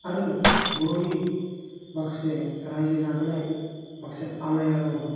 आरो बर'नि माखासे रायजो जाबोनाय माखासे आलायारन